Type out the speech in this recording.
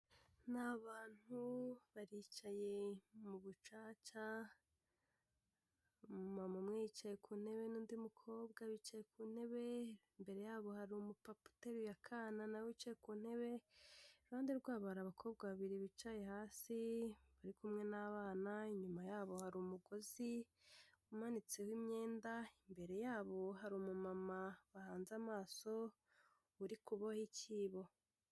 Ni abantu baricaye mu bucaca umu mama umwe yicaye ku ntebe n'undi mukobwa bicaye ku ntebe ,imbere yabo hari umu papa uteruye akana nawe wicaye ku ntebe, iruhande rwabo hari abakobwa babiri bicaye hasi bari kumwe n'abana, inyuma yabo hari umugozi umanitseho imyenda imbere yabo hari umu mama bahanze amaso uri kuboha icyibo.